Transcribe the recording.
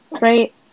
Right